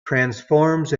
transforms